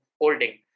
holding